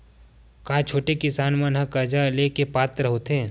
का छोटे किसान मन हा कर्जा ले के पात्र होथे?